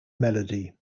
melody